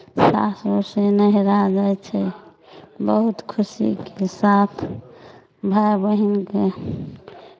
सासुरसँ नहिरा जाइ छै बहुत खुशीके साथ भाय बहिनके